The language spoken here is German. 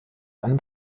einem